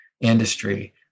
industry